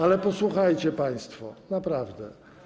Ale posłuchajcie państwo, naprawdę.